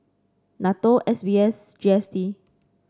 NATO S B S and G S T